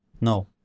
No